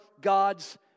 God's